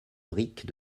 briques